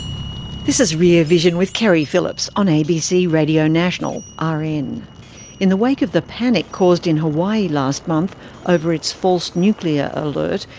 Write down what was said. this is rear vision with keri phillips on abc radio national, rn. in in the wake of the panic caused in hawaii last month over its false nuclear alert,